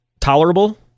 tolerable